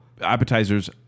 appetizers